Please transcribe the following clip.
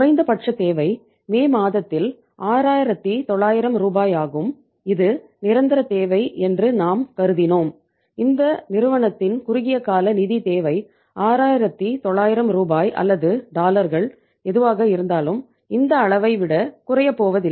குறைந்தபட்ச தேவை மே எதுவாக இருந்தாலும் இந்த அளவை விட குறைய போவதில்லை